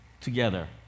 together